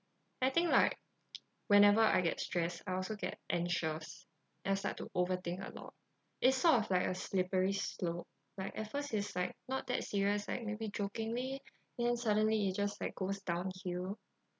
I think like whenever I get stressed I also get anxious and start to overthink a lot it's sort of like a slippery slope like at first it's like not that serious like maybe jokingly then suddenly it just like goes downhill